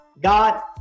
God